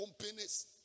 companies